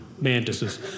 mantises